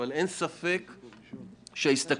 אבל אין ספק שההסתכלות